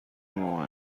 موقع